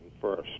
first